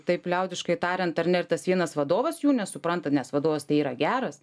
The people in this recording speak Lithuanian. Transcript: taip liaudiškai tariant ar ne ir tas vienas vadovas jų nesupranta nes vadovas tai yra geras